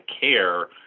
care